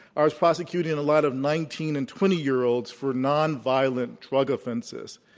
i was prosecuting and a lot of nineteen and twenty year olds for nonviolent drug offenses.